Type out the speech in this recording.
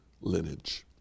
lineage